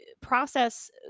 process